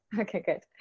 okay good!